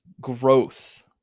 growth